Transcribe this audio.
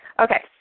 Okay